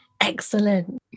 Excellent